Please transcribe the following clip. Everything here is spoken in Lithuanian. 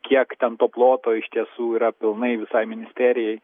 kiek ten to ploto iš tiesų yra pilnai visai ministerijai